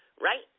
right